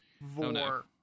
Vor